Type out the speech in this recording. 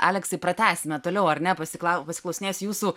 aleksai pratęsime toliau ar ne pasiklau pasiklausinėsiu jūsų